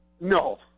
No